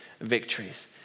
victories